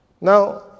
Now